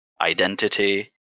identity